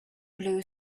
blue